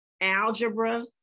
algebra